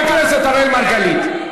אי-אפשר שעל כל מילה שהוא יגיד אתה תעיר הערות.